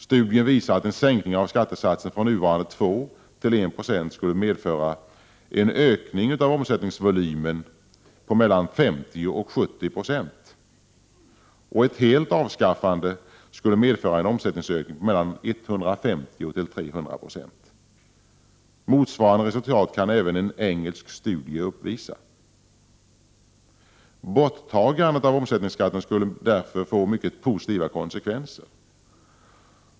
Studien visar att en sänkning av skattesatsen från nuvarande 2 till I 96 skulle medföra en ökning av omsättningsvolymen på mellan 50-70 90. Ett helt avskaffande skulle medföra en omsättningsökning på mellan 150—300 26. Motsvarande resultat kan även en engelsk studie uppvisa. Borttagandet av omsättningsskatten skulle därför få mycket positiva konsekvenser.